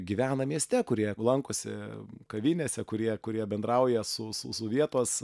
gyvena mieste kurie lankosi kavinėse kurie kurie bendrauja su su su vietos